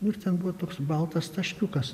nu ir ten buvo toks baltas taškiukas